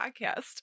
podcast